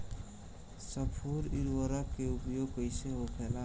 स्फुर उर्वरक के उपयोग कईसे होखेला?